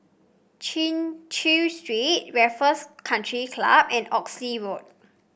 Chin Chew Street Raffles Country Club and Oxley Road